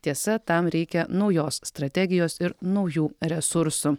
tiesa tam reikia naujos strategijos ir naujų resursų